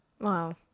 Wow